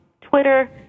Twitter